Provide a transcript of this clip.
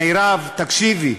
מירב, תקשיבי,